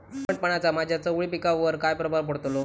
दमटपणाचा माझ्या चवळी पिकावर काय प्रभाव पडतलो?